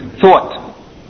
thought